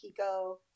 Kiko